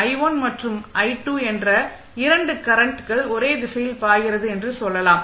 i1 மற்றும் i2 என்ற இரண்டு கரண்ட்கள் ஒரே திசையில் பாய்கிறது என்று சொல்லலாம்